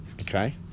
okay